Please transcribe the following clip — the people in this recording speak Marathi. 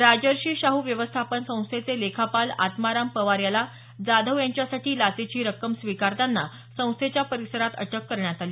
राजर्षी शाहू व्यवस्थापन संस्थेचे लेखापाल आत्माराम पवार याला जाधव यांच्यासाठी लाचेची ही रक्कम स्वीकारताना संस्थेच्या परिसरात अटक करण्यात आली